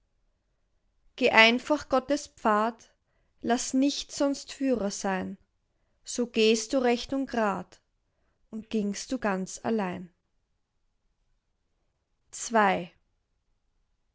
geh einfach gottes pfad laß nichts sonst führer sein so gehst du recht und grad und gingst du ganz allein ii